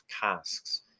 casks